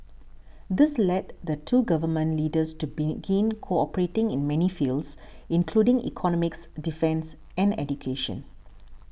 this led the two Government Leaders to begin cooperating in many fields including economics defence and education